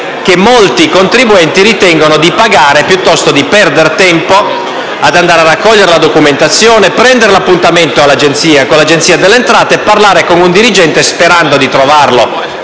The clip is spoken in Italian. che molti contribuenti ritengono di sanare pagando piuttosto che perdere tempo ad andare a raccogliere la documentazione, prendere l'appuntamento con l'Agenzia delle entrate, parlare con un dirigente, sperando di trovarlo